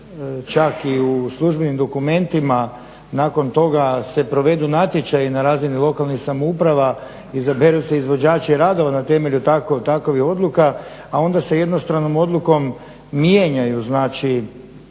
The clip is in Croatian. čak i u službenim dokumentima, nakon toga se provedu natječaji na razini lokalnih samouprava, izaberu se izvođači radova na temelju takvih odluka ali onda se jednostranom odlukom mijenjaju znači